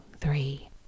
three